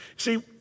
See